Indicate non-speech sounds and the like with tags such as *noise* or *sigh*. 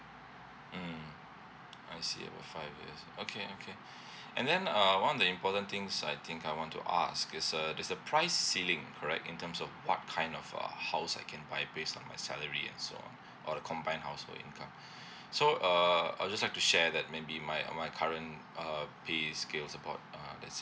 mm I see it was five years okay okay *breath* and then uh one the important things I think I want to ask is uh there's a price ceiling correct in terms of what kind of uh house I can buy based on my salary and so on or the combine household income *breath* so uh I just like to share that maybe my my current uh pay scale is about uh let